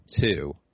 two